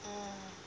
mm